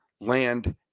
land